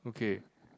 okay